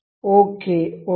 okay ಒತ್ತಿ